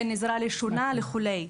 בין עזרה ראשונה וכו'.